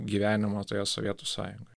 gyvenimą toje sovietų sąjungoj